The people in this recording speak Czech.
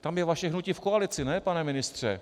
Tam je vaše hnutí v koalici, ne?, pane ministře.